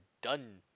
done